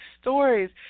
stories